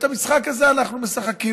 את המשחק הזה אנחנו משחקים,